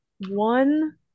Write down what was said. one